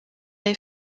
les